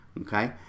okay